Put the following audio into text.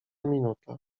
minuta